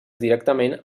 directament